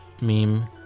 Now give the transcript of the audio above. meme